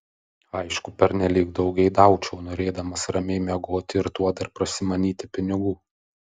aišku pernelyg daug geidaučiau norėdamas ramiai miegoti ir tuo dar prasimanyti pinigų